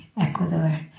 Ecuador